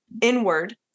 inward